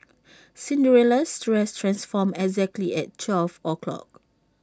Cinderella's dress transformed exactly at twelve O clock